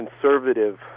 conservative